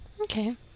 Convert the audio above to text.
Okay